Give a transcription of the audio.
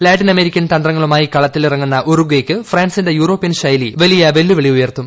Latin American തന്ത്രങ്ങളുമായി കളിക്കളത്തിലിറങ്ങുന്ന ഉറുഗ്വേക്ക് ഫ്രാൻസിന്റെ യൂറോപ്യൻ ശൈലി വലിയ വെല്ലുവിളിയുയർത്തും